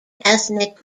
ethnic